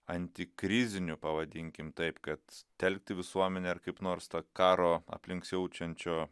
antikrizinių pavadinkim taip kad telkti visuomenę ar kaip nors tą karo aplink siaučiančio